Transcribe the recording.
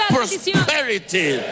prosperity